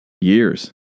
years